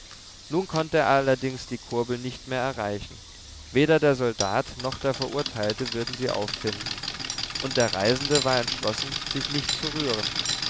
nun konnte er allerdings die kurbel nicht mehr erreichen weder der soldat noch der verurteilte würden sie auffinden und der reisende war entschlossen sich nicht zu rühren